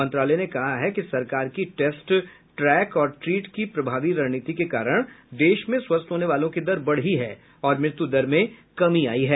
मंत्रालय ने कहा कि सरकार की टेस्ट ट्रैक और ट्रीट की प्रभावी रणनीति के कारण देश में स्वस्थ होने वालों की दर बढी है और मृत्यु दर में कमी आई है